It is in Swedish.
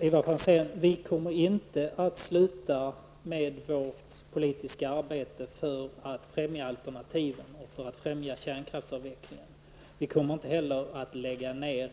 Herr talman! Vi kommer inte att sluta med vårt politiska arbete för att främja alternativen och kärnkraftsavvecklingen, Ivar Franzén. Vi kommer inte heller att lägga ned